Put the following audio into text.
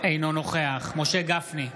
אינו נוכח משה גפני,